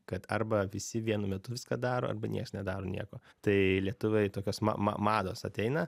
kad arba visi vienu metu viską daro arba nieks nedaro nieko tai lietuviai tokios ma ma mados ateina